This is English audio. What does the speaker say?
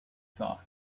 thought